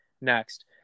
next